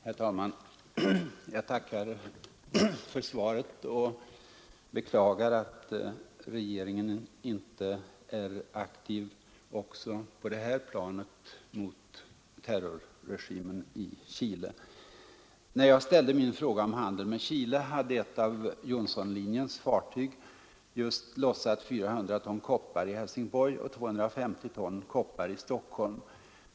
Herr talman! Jag tackar för svaret och beklagar att regeringen inte är aktiv också på det här planet gentemot terrorregimen i Chile. När jag ställde min fråga om handeln med Chile hade ett av Johnsonlinjens fartyg just lossat 400 ton koppar i Helsingborg och 250 ton koppar i Stockholm.